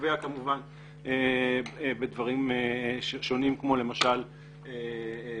קובע כמובן בדברים שונים כמו למשל מתי,